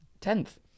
Tenth